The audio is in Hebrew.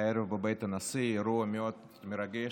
הערב בבית הנשיא, אירוע מאוד מרגש.